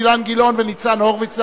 אילן גילאון וניצן הורוביץ,